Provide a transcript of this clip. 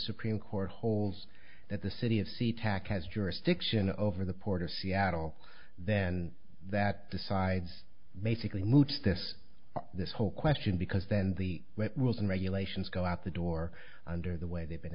supreme court holes that the city of sea tac has jurisdiction over the port of seattle then that decides basically moot this this whole question because then the rules and regulations go out the door under the way they've been